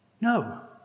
no